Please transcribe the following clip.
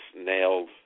nailed